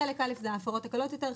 חלק א' אלה הן ההפרות הקלות יותר,